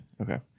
Okay